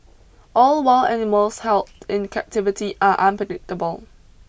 all wild animals held in captivity are unpredictable